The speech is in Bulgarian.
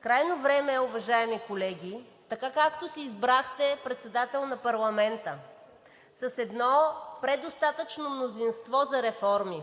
крайно време е, уважаеми колеги, така както си избрахте председател на парламента, с едно предостатъчно мнозинство за реформи,